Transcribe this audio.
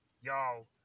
Y'all